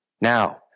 Now